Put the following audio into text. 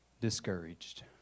discouraged